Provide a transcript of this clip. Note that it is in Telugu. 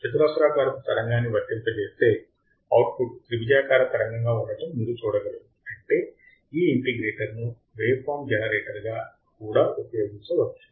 చతురస్రాకారపు తరంగాన్ని వర్తింపజేస్తే అవుట్పుట్ త్రిభుజాకార తరంగంగా ఉండటం మీరు చూడగలరు అంటే ఈ ఇంటిగ్రేటర్ను వేవ్ ఫార్మ్ జనరేటర్గా కూడా ఉపయోగించవచ్చు